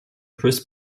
chris